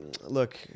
Look